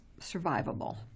survivable